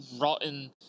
rotten